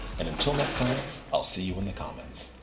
and until next time i'll see you in the comments.